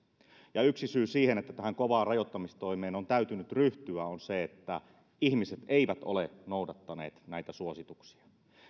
yksi syy siihen että tähän kovaan rajoittamistoimeen on täytynyt ryhtyä on se että ihmiset eivät ole noudattaneet näitä suosituksia